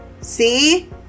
see